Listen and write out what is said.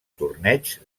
torneigs